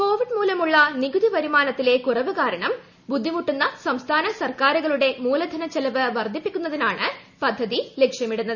Covid മൂലമുള്ള നികുതി വരുമാനത്തിലെ കുറവ് കാരണം ബുദ്ധിമുട്ടുന്ന സംസ്ഥാന സർക്കാരുകളുടെ മൂലധന ചെലവ് വർദ്ധിപ്പിക്കുന്നതിനാണ് പദ്ധതി ലക്ഷ്യമിടുന്നത്